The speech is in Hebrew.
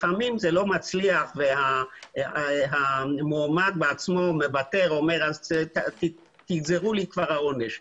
לפעמים זה לא מצליח והמועמד בעצמו מוותר ואומר שיגזרו לו עונש.